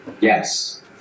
Yes